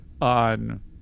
on